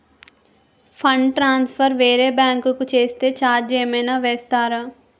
Fund transfer వేరే bank కి చేస్తే ఛార్జ్ ఏమైనా వేస్తారా?